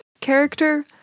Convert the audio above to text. character